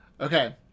Okay